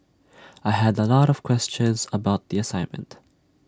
I had A lot of questions about the assignment